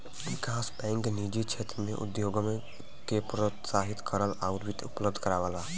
विकास bank निजी क्षेत्र में उद्यमों के प्रोत्साहित करला आउर वित्त उपलब्ध करावला